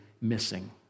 missing